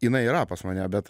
jinai yra pas mane bet